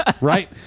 right